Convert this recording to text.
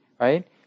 right